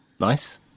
Nice